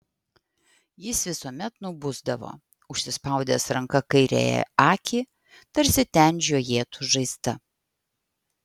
jis visuomet nubusdavo užsispaudęs ranka kairiąją akį tarsi ten žiojėtų žaizda